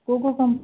କେଉଁ କେଉଁ କମ୍ପ୍